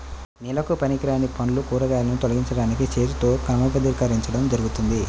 నిల్వకు పనికిరాని పండ్లు, కూరగాయలను తొలగించడానికి చేతితో క్రమబద్ధీకరించడం జరుగుతుంది